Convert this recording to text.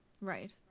right